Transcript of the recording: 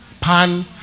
Pan